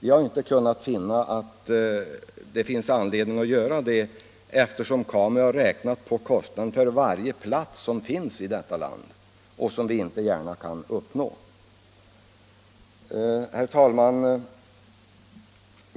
Jag har inte kunnat se någon anledning att göra detta, eftersom KAMU har räknat på kostnaderna för varje plats som finns i detta land, en nivå som vi inte gärna kan uppnå. Herr talman!